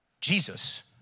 Jesus